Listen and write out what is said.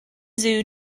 zoo